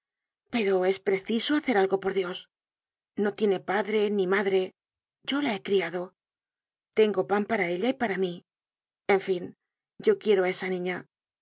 pero es preciso hacer algo por dios no tiene padre ni madre yo la he criado tengo pan para ella y para mí en fin yo quiero á esa niña